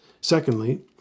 Secondly